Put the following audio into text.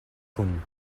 kun